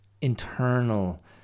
internal